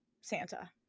Santa